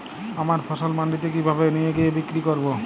আমার ফসল মান্ডিতে কিভাবে নিয়ে গিয়ে বিক্রি করব?